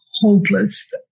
hopeless